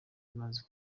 rimaze